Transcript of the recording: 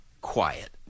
Quiet